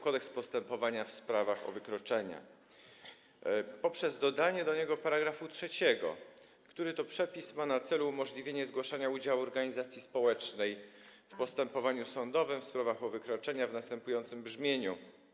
Kodeks postępowania w sprawach o wykroczenia poprzez dodanie do niego § 3, który to przepis ma na celu umożliwienie zgłaszania udziału organizacji społecznej w postępowaniu sądowym w sprawach o wykroczenia, w następującym brzmieniu: